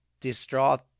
distraught